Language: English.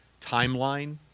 timeline